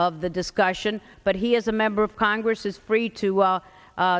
of the discussion but he is a member of congress is free to all